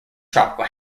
tropical